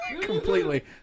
completely